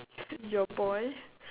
your boy